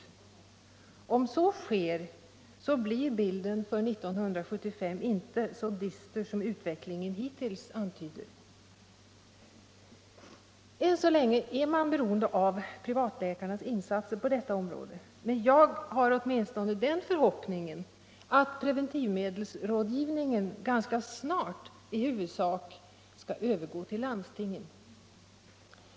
Om så sker, blir bilden för 1975 inte så dyster som utvecklingen hittills antyder. Än så länge är man beroende av privatläkarnas insatser på detta område, men åtminstone jag har den förhoppningen att preventivmedelsrådgivningen ganska snart i huvudsak skall övergå till landstingen.